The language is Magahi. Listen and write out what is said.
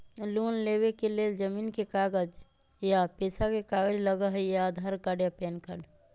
लोन लेवेके लेल जमीन के कागज या पेशा के कागज लगहई या आधार कार्ड या पेन कार्ड?